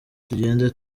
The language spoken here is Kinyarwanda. tugenda